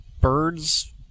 birds